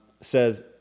says